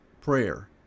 prayer